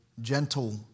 gentle